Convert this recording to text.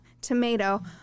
tomato